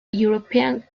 european